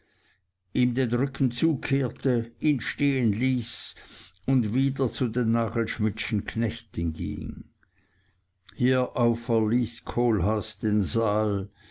ihm den rücken zukehrte ihn stehenließ und wieder zu den nagelschmidtschen knechten ging hierauf verließ kohlhaas den saal